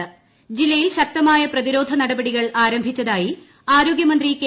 രണ്ട് ജില്ലയിൽ ശക്തമായ പ്രതിരോധ നടപടികൾ ആരംഭിച്ചതായി ആരോഗൃമന്ത്രി കെ